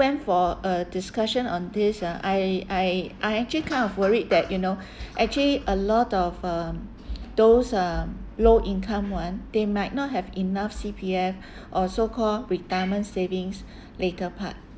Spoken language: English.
plan for a discussion on this ah I I I actually kind of worried that you know actually a lot of um those um low income [one] they might not have enough C_P_F or so-called retirement savings later part